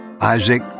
Isaac